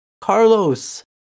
Carlos